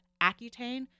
Accutane